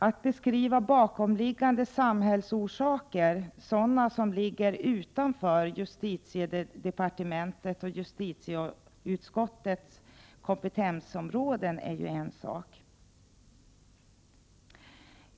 Att beskriva bakomliggande samhällsorsaker, sådana som ligger utanför justitiedepartementets och justitieutskottets kompetensområden, är ju en sak.